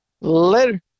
Later